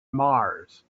mars